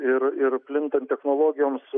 ir ir plintant technologijoms